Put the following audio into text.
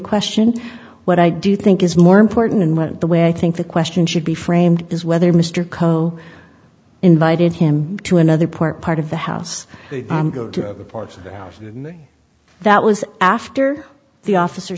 question what i do think is more important and what the way i think the question should be framed is whether mr coe invited him to another port part of the house go to other parts of the house and that was after the officer